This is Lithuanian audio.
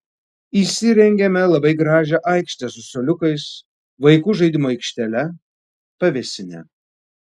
įsirengėme labai gražią aikštę su suoliukais vaikų žaidimų aikštele pavėsine